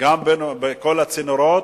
וגם בכל הצינורות,